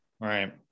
right